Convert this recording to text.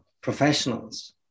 professionals